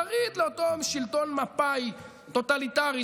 שריד לאותו שלטון מפא"י טוטליטרי,